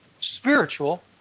spiritual